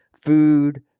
food